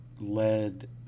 led